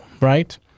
right